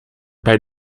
bij